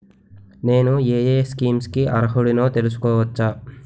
నేను యే యే స్కీమ్స్ కి అర్హుడినో తెలుసుకోవచ్చా?